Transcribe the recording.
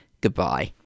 goodbye